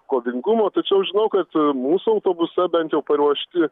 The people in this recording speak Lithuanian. kovingumo tačiau žinau kad mūsų autobuse bent jau paruošti